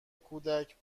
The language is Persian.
کودک